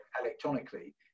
electronically